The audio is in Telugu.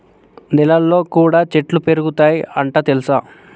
నెలల్లో కూడా చెట్లు పెరుగుతయ్ అంట తెల్సా